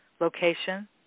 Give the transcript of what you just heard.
location